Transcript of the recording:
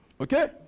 Okay